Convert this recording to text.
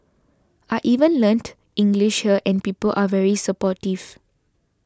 I even learnt English here and people are very supportive